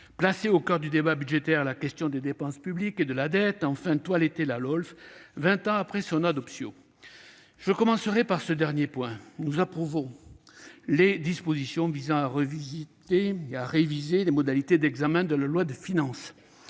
placer au coeur du débat budgétaire la question des dépenses publiques et de la dette ; enfin, « toiletter » la LOLF, vingt ans après son adoption. Je commencerai par ce dernier point : nous approuvons les dispositions visant à réviser les modalités d'examen de la loi de finances.